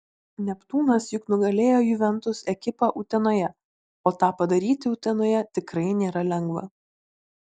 neptūnas juk nugalėjo juventus ekipą utenoje o tą padaryti utenoje tikrai nėra lengva